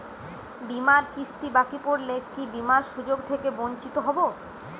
বিমার কিস্তি বাকি পড়লে কি বিমার সুযোগ থেকে বঞ্চিত হবো?